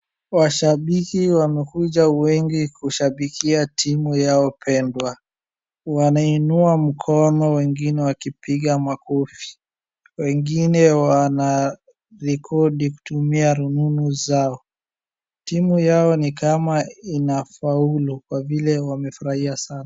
Washabiki wamekuja wengi kushabikia timu yao pendwa. Wanainua mkono wengine wakipiga makofi. Wengine wanarekodi kutumia rununu zao. Timu yao ni kama inafaulu kwa vile wamefurahia sana.